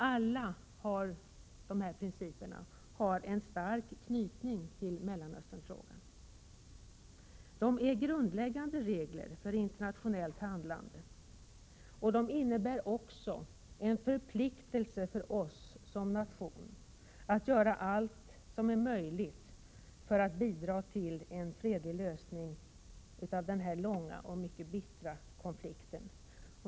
Alla dessa principer har en stark knytning till Mellanösternfrågan. De är grundläggande regler för internationellt handlande. De innebär också en förpliktelse för oss som nation att göra allt som är möjligt för att bidra till en fredlig lösning av den långa och mycket bittra konflikten.